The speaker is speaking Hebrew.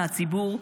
מהציבור,